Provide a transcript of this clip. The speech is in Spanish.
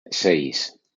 seis